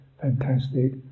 fantastic